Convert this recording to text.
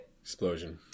explosion